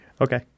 Okay